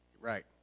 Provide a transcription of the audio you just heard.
Right